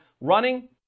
running